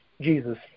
Jesus